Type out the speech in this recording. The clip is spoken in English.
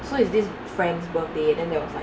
so is this friend's birthday then there was like